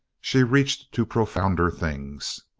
she reached to profounder things.